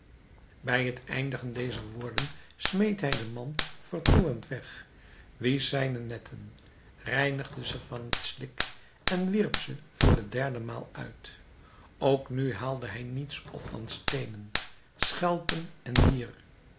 bij het eindigen dezer woorden smeet hij de mand vertoornd weg wiesch zijne netten reinigde ze van het slik en wierp ze voor de derde maal uit ook nu haalde hij niets op dan steenen schelpen en wier